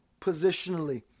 positionally